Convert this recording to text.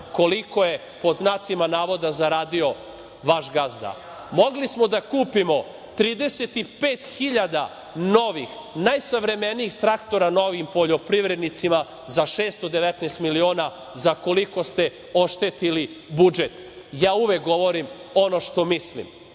koliko je „zaradio“ vaš gazda. Mogli smo da kupimo 35 hiljada novih najsavremenijih traktora novim poljoprivrednicima za 619 miliona, za koliko ste oštetili budžet. Ja uvek govorim ono što mislim. Dok